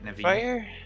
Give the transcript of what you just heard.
fire